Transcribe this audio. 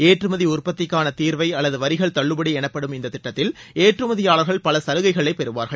ஏற்றுமதி உற்பத்திக்கான தீர்வை அல்லது வரிகள் தள்ளுபடி எனப்படும் இந்தத் திட்டத்தில் ஏற்றுமதியாளர்கள் பல சலுகைகளை பெறுவார்கள்